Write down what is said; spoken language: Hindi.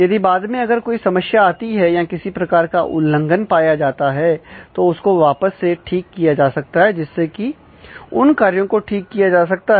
यदि बाद में अगर कोई समस्या आती हैं या किसी प्रकार का उल्लंघन पाया जाता है तो उसको वापस से ठीक किया जा सकता है जिसमें की उन कार्यों को ठीक किया जा सकता है